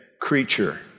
creature